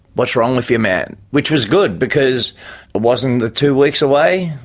what's wrong with you, man? which was good because it wasn't the two weeks away,